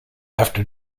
after